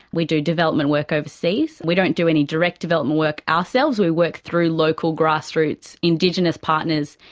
we do development work overseas. we don't do any direct development work ourselves. we work through local grass roots indigenous partners.